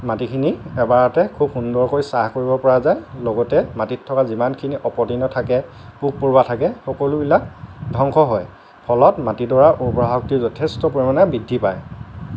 মাটিখিনি এবাৰতে খুব সুন্দৰকৈ চাহ কৰিব পৰা যায় লগতে মাটিত থকা যিমানখিনি অপতৃণ থাকে পোক পৰুৱা থাকে সকলোবিলাক ধ্বংস হয় ফলত মাটিডৰাৰ উৰ্বৰা শক্তি যথেষ্ট পৰিমাণে বৃদ্ধি পায়